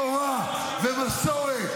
תורה ומסורת.